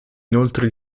inoltre